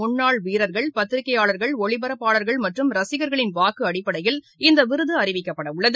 முன்னாள் வீரர்கள் பத்திரிகையாளர்கள் ஒளிபரப்பாளர்கள் மற்றும் ரசிகர்களின் வாக்குஅடிப்படையில் இந்தவிருதுஅறிவிக்கப்படவுள்ளது